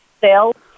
sales